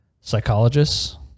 psychologists